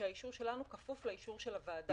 שהאישור שלנו כפוף לאישור של הוועדה.